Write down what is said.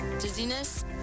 dizziness